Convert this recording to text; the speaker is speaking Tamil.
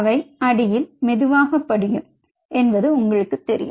அவை அடியில் மெதுவாக படியும் என்பது உங்களுக்குத் தெரியும்